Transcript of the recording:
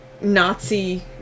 Nazi